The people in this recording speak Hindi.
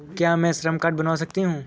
क्या मैं श्रम कार्ड बनवा सकती हूँ?